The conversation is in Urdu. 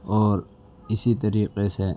اور اسی طریقے سے